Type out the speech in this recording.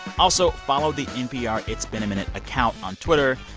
also, follow the npr it's been a minute account on twitter,